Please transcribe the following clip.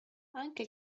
anche